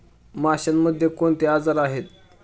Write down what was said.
माशांमध्ये कोणते आजार आहेत?